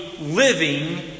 living